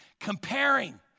comparing